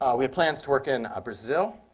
ah we had plans to work in brazil,